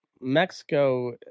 mexico